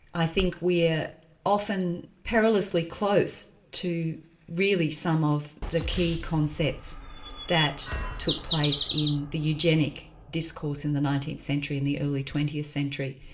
i think we are often perilously close to really some of the key concepts that took place in the eugenic discourse in the nineteenth century and the early twentieth century.